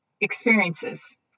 experiences